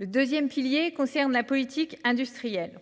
Le deuxième pilier concerne la politique industrielle.